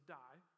die